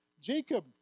Jacob